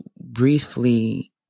briefly